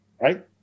right